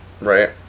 right